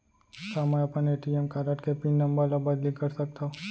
का मैं अपन ए.टी.एम कारड के पिन नम्बर ल बदली कर सकथव?